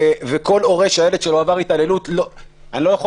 וכל הורה שהילד שלו עבר התעללות אני לא יכול